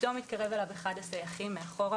פתאום התקרב אליו אחד הסייחים מאחורה,